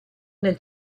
nel